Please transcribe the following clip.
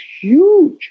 huge